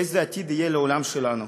איזה עתיד יהיה לעולם שלנו?